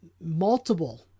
multiple